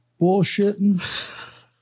bullshitting